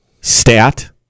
stat